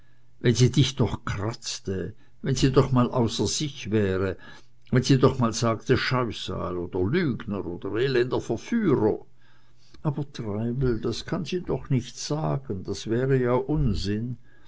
wenn sie dich doch kratzte wenn sie doch mal außer sich wäre wenn sie doch mal sagte scheusal oder lügner oder elender verführer aber treibel das kann sie doch nicht sagen das wäre ja unsinn